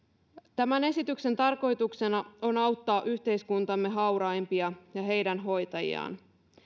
tämän esityksen tarkoituksena on auttaa yhteiskuntamme hauraimpia ja heidän hoitajiaan